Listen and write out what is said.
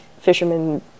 fishermen